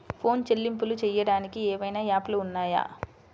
Phone చెల్లింపులు చెయ్యటానికి ఏవైనా యాప్లు ఉన్నాయా?